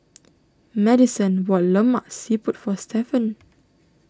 Madyson bought Lemak Siput for Stephon